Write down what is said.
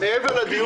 אני אומר לכם,